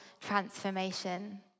transformation